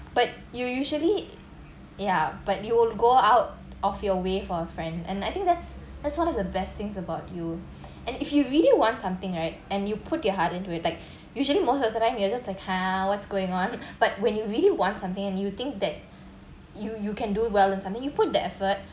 but you usually ya but you will go out of your way for a friend and I think that's that's one of the best things about you and if you really want something right and you put your heart into it like usually most of the time you are just like ha what's going on but when you really want something and you think that you you can do well in something you put the effort